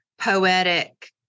poetic